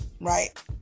Right